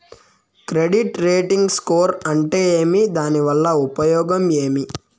Credit rating score అంటే ఏమి దాని వల్ల ఉపయోగం ఏమి?